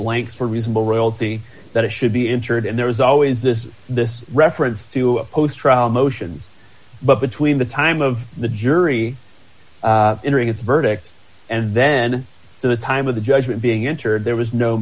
blanks for reasonable royalty that it should be insured and there was always this this reference to a post trial motions but between the time of the jury entering its verdict and then to the time of the judgment being entered there was no